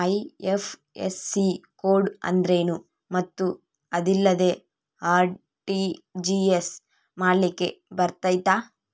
IFSC code ಅಂದ್ರೇನು ಮತ್ತು ಅದಿಲ್ಲದೆ ಆರ್.ಟಿ.ಜಿ.ಎಸ್ ಮಾಡ್ಲಿಕ್ಕೆ ಬರ್ತೈತಾ?